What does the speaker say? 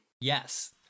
Yes